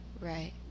Right